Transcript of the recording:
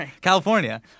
California